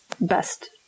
best